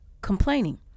complaining